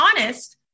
honest